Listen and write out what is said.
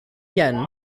yen